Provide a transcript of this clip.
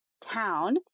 town